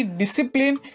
discipline